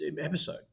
episode